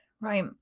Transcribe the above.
right